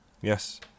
Yes